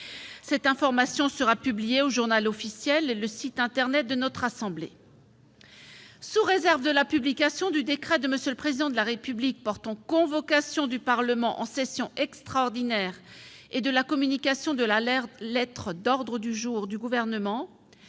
Cette information sera publiée au et sur le site internet de notre assemblée. Sous réserve de la publication du décret de M. le Président de la République portant convocation du Parlement en session extraordinaire et de la communication de la lettre d'ordre du jour du Gouvernement,